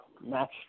match